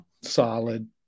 solid